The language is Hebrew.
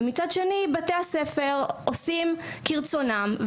ומצד שני בתי הספר עושים כרצונם,